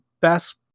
best